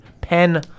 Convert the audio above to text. pen